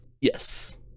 Yes